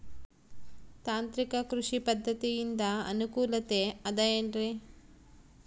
ತಾಂತ್ರಿಕ ಕೃಷಿ ಪದ್ಧತಿಯಿಂದ ಅನುಕೂಲತೆ ಅದ ಏನ್ರಿ?